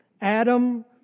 Adam